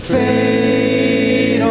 a